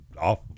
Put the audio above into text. off